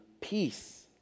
peace